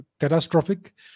catastrophic